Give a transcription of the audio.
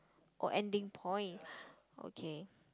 oh ending point okay